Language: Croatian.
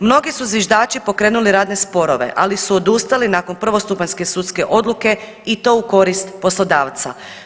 Mnogi su zviždači pokrenuli radne sporove ali su odustali nakon prvostupanjske sudske odluke i to u korist poslodavca.